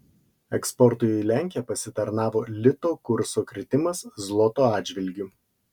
eksportui į lenkiją pasitarnavo lito kurso kritimas zloto atžvilgiu